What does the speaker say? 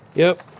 yep,